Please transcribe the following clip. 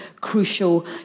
crucial